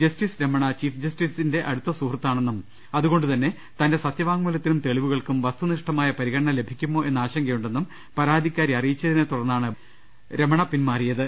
justice Ramana chief ജസ്റ്റിന്റെ അടുത്ത സുഹൃത്താണെന്നും അതുകൊണ്ട് തന്നെ തന്റെ സത്യവാങ്മൂലത്തിനും തെളിവുകൾക്കും വസ്തുനിഷ്ഠ മായ പരിഗണന ലഭിക്കുമോ എന്ന് ആശങ്കയുണ്ടെന്നും പരാതിക്കാരി അറിയിച്ചതിനെ തുടർന്നാണ് രമണ പിൻമാറിയത്